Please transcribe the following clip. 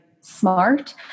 smart